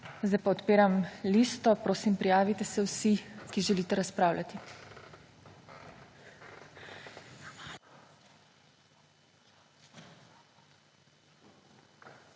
Sedaj odpiram listo. Prosim, prijavite se vsi, ki želite razpravljati.